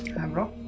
and